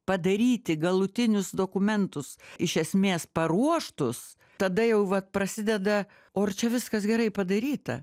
padaryti galutinius dokumentus iš esmės paruoštus tada jau vat prasideda o ar čia viskas gerai padaryta